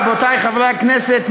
רבותי חברי הכנסת,